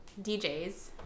DJs